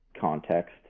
context